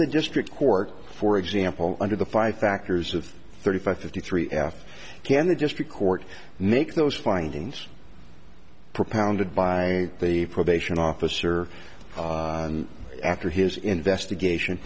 the district court for example under the five factors of thirty five fifty three f kennedy just record make those findings propounded by the probation officer and after his investigation